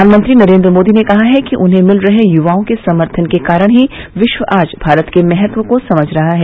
प्रधानमंत्री नरेन्द्र मोदी ने कहा है कि उन्हें मिल रहे युवाओं के सम्थन के कारण ही विश्व आज भारत के महत्व को समझ रहा है